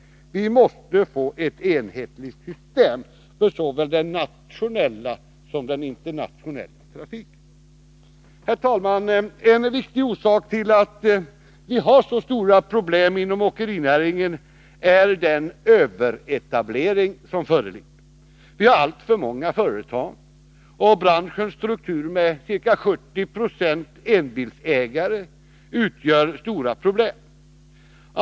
Vi måste få ett enhetligt system för såväl den nationella som den internationella trafiken. Herr talman! En viktig orsak till att vi har så stora problem inom åkerinäringen är den överetablering som föreligger. Vi har alltför många företag, och branschens struktur med ca 70 96 enbilsägare leder till stora problem.